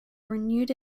renewed